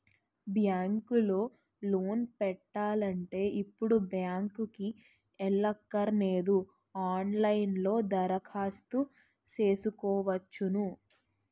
bank లో loan పెట్టాలంటే ఇప్పుడు బ్యాంకుకి ఎల్లక్కరనేదు ఆన్ లైన్ లో దరఖాస్తు సేసుకోవచ్చును